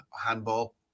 handball